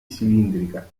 cilíndrica